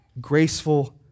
Graceful